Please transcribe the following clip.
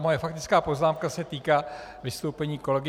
Moje faktická poznámka se týká vystoupení kolegy Jandáka.